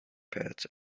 pets